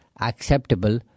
acceptable